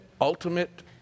ultimate